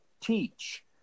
teach